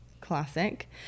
Classic